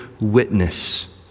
witness